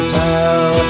tell